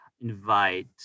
invite